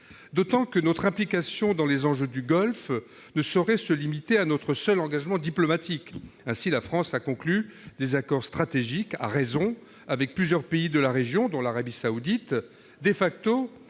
J'ajoute que notre implication dans les enjeux du Golfe ne saurait se limiter à notre seul engagement diplomatique. Ainsi, la France a conclu, avec raison, des accords stratégiques avec plusieurs pays de la région, dont l'Arabie saoudite., ces accords,